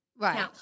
Right